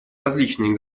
различные